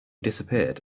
disappeared